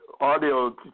audio